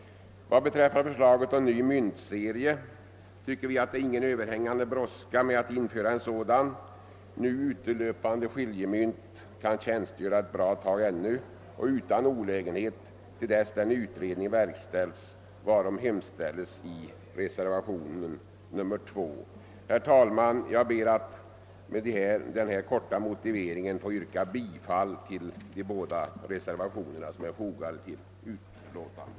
Vad beträffar förslaget om ny myntserie tycker vi inte det är någon överhängande brådska med att införa en sådan. Nu utelöpande skiljemynt kan tjänstgöra ett bra tag ännu utan olägenhet till dess den utredning verkställts varom hemställes i reservationen 2. Herr talman! Jag ber att med denna korta motivering få yrka bifall till de båda reservationer som är fogade till utlåtandet.